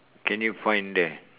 can you find there